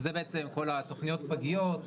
שזה בעצם כל תוכניות הפגיות,